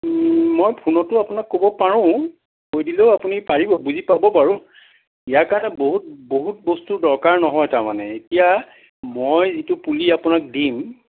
মই ফোনতো আপোনাক ক'ব পাৰোঁ কৈ দিলেও আপুনি পাৰিব বুজি পাব বাৰু ইয়াৰ কাৰণে বহুত বহুত বস্তুৰ দৰকাৰ নহয় তাৰমানে এতিয়া মই যিটো পুলি আপোনাক দিম